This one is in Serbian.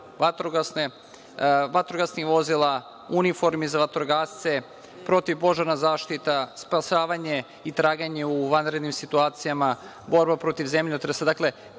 vatrogasnih vozila, uniformi za vatrogasce, protivpožarna zaštita, spasavanje i traganje u vanrednim situacija, borba protiv zemljotresa.